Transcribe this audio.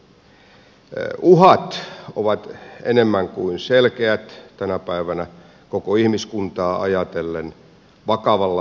uhat ovat enemmän kuin selkeät tänä päivänä koko ihmiskuntaa ajatellen vakavalla vaativalla tavalla